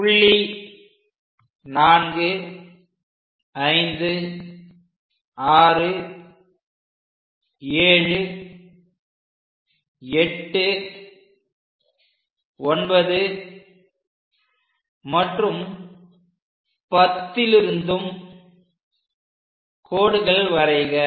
புள்ளி 456789 மற்றும் 10லிருந்தும் கோடுகள் வரைக